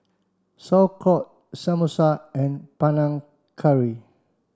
Sauerkraut Samosa and Panang Curry